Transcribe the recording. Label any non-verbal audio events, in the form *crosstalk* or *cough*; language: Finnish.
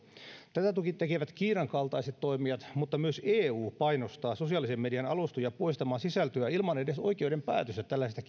tätä toki tekevät kiinan kaltaiset toimijat mutta myös eu painostaa sosiaalisen median alustoja poistamaan sisältöä jopa ilman oikeuden päätöstä tällaisesta *unintelligible*